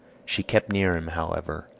she kept near him, however,